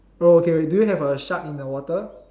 oh okay do you have a shark in the water